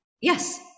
Yes